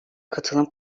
katılım